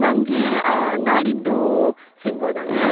ನನಗೆ ನಾಡಿದ್ದು ಸಿಗ್ಬೌದಾ ಮ್ಯಾಮ್